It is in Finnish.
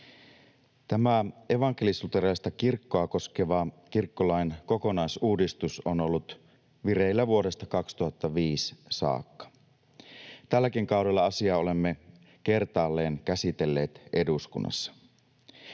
Tämä evankelis-luterilaista kirkkoa koskeva kirkkolain kokonaisuudistus on ollut vireillä vuodesta 2005 saakka. Tälläkin kaudella olemme kertaalleen käsitelleet asiaa eduskunnassa.